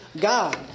God